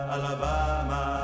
Alabama